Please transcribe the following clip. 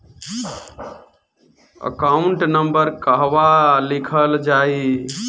Account number कहवा लिखल जाइ?